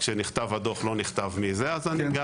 כשנכתב הדוח לא נכתב מי זה אז אני גם